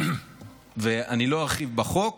אני לא ארחיב בחוק,